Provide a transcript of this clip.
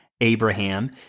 Abraham